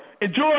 Enjoy